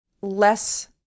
less